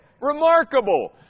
Remarkable